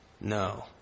No